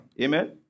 Amen